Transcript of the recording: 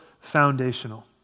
foundational